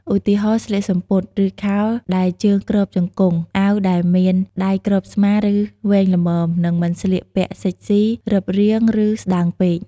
ឧទាហរណ៍ ស្លៀកសំពត់ ឬខោដែលវែងគ្របជង្គង់ អាវដែលមានដៃគ្រប់ស្មា ឬវែងល្មម និងមិនស្លៀកពាក់សិចស៊ី រឹបរាង ឬស្តើងពេក។